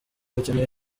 rukeneye